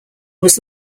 was